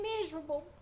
miserable